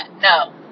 No